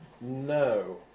No